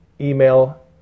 email